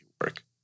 work